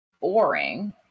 boring